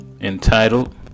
entitled